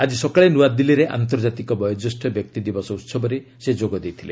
ଆକି ସକାଳେ ନ୍ତଆଦିଲ୍ଲୀରେ ଆନ୍ତର୍ଜାତିକ ବୟୋଜ୍ୟେଷ୍ଠ ବ୍ୟକ୍ତି ଦିବସ ଉତ୍ସବରେ ଯୋଗ ଦେଇଥିଲେ